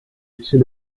écrit